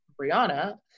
Brianna